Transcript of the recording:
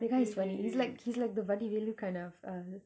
that guy is funny he's like he's like the vadivelu kind of uh